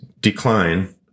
decline